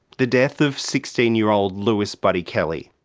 the death of sixteen year old lewis buddy kelly.